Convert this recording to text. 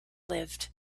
lived